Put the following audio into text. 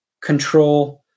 control